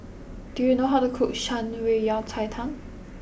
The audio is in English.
do you know how to cook Shan Rui Yao Cai Tang